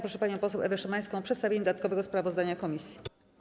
Proszę panią poseł Ewę Szymańską o przedstawienie dodatkowego sprawozdania komisji.